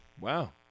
wow